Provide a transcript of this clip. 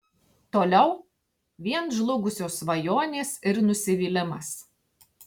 toliau vien žlugusios svajonės ir nusivylimas